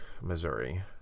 Missouri